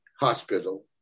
hospital